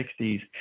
60s